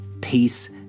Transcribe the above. peace